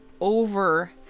over